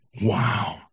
Wow